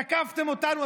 תקפתם אותנו.